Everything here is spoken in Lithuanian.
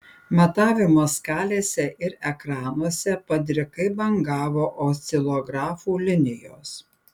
matavimo skalėse ir ekranuose padrikai bangavo oscilografų linijos